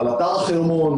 על אתר החרמון,